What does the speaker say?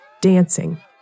dancing